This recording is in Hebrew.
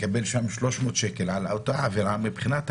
על אותה עבירה מקבלים 300 שקל,